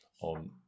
on